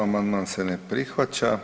Amandman se ne prihvaća.